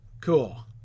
cool